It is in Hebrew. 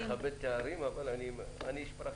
אני מכבד תארים אבל אני איש פרקטיקה.